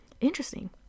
Interesting